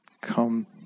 Come